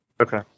Okay